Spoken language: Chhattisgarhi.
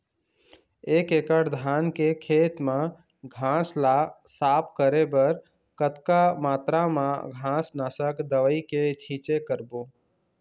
एक एकड़ धान के खेत मा घास ला साफ करे बर कतक मात्रा मा घास नासक दवई के छींचे करबो?